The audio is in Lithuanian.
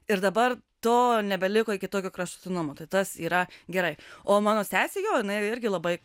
ir dabar to nebeliko iki tokio kraštutinumo tai tas yra gerai o mano sesė jo jinai irgi labai